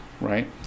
right